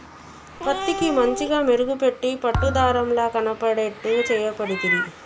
పత్తికి మంచిగ మెరుగు పెట్టి పట్టు దారం ల కనబడేట్టు చేయబడితిరి